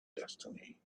destiny